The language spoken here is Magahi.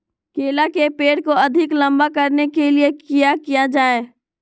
केला के पेड़ को अधिक लंबा करने के लिए किया किया जाए?